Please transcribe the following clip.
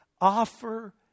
offer